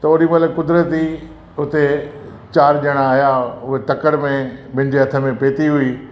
त ओडी महिल क़ुदरती उते चार ॼणा आया उहे तकड़ि में मुंहिंजे हथ में पेती हुई